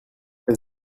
est